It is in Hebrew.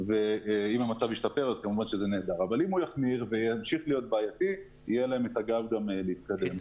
אם המצב יחמיר אז יהיה להם לאן להתקדם.